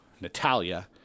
Natalia